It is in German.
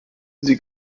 sie